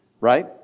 right